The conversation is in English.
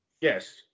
Yes